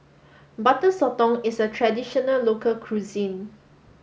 Butter Sotong is a traditional local cuisine